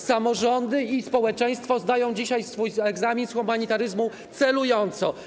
Samorządy i społeczeństwo zdają dzisiaj egzamin z humanitaryzmu celująco.